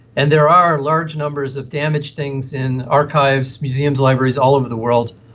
and there are large numbers of damaged things in archives, museums, libraries all over the world.